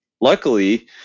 luckily